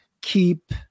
keep